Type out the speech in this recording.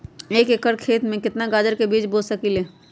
एक एकर खेत में केतना गाजर के बीज बो सकीं ले?